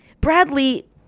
Bradley